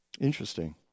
Interesting